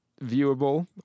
viewable